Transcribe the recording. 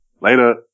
Later